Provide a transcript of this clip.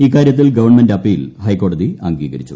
ഇക്കാര്യത്തിൽ government appeal ഹൈക്കോടതി അംഗീകരിച്ചു